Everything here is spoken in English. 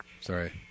Sorry